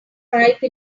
ripe